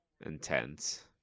intense